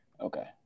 Okay